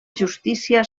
justícia